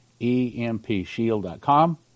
empshield.com